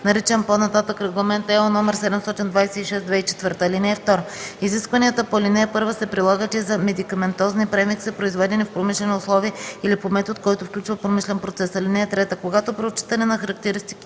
наричан по-нататък Регламент (ЕО) № 726/2004. (2) Изискванията по ал. 1 се прилагат и за медикаментозни премикси, произведени в промишлени условия или по метод, който включва промишлен процес. (3) Когато при отчитане на характеристиките